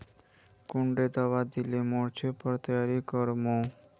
कुंडा दाबा दिले मोर्चे पर तैयारी कर मो?